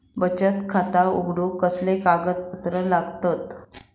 बचत खाता उघडूक कसले कागदपत्र लागतत?